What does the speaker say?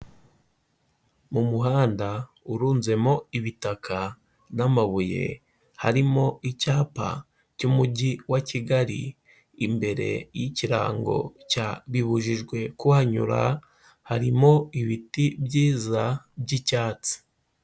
Mu muhanda urunzemo ibitaka n'amabuye, harimo icyapa cy'umujyi wa Kigali, imbere y'ikirango cya bibujijwe kuhanyura harimo ibiti byiza by'icyatsi.